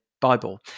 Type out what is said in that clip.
Bible